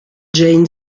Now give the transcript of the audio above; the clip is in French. jane